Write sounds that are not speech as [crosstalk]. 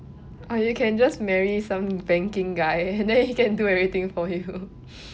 you can just marry some banking guy [laughs] and then he can do everything for you [laughs]